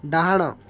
ଡ଼ାହାଣ